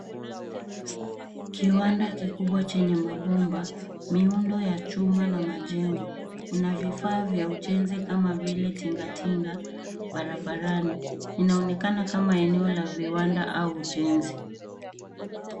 Kiwanda kikubwa chenye mabomba, miundo ya chuma na majengo. Kuna vifaa vya ujenzi kama vile tingatinga barabarani. Inaonekana kama eneo la viwanda au ujenzi.